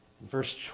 Verse